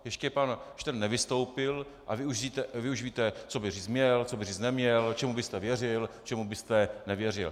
Ještě pan Štern nevystoupil a vy už víte, co by říct měl, co by říct neměl, čemu byste věřil, čemu byste nevěřil.